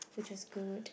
which was good